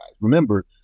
Remember